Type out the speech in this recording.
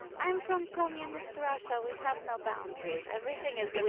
i'm from communist russia. we have no boundaries, everything is we.